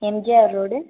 MGR road